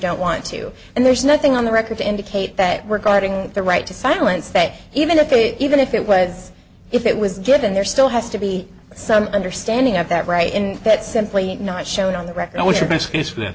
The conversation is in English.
don't want to and there's nothing on the record to indicate that regarding the right to silence that even if it even if it was if it was given there still has to be some understanding of that right and that simply is not shown on the record